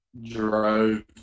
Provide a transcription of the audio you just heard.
drove